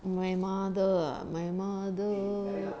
my mother ah my mother